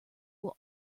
will